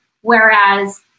Whereas